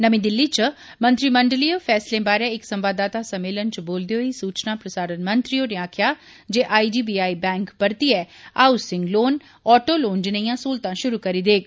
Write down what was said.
नमीं दिल्ली च मंत्रीमंडलीय फैसलें बारे इक संवाददाता सम्मेलन च बोलदे होई सूचना प्रसारण मंत्री होरें आक्खेआ जे आईडीबीआई बैंक परतियै हाउसिंग लोन आटो लोन जनेइयां सहूलतां शुरू करी देग